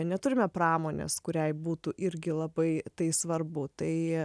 neturime pramonės kuriai būtų irgi labai tai svarbu tai